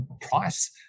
price